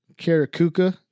Karakuka